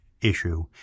issue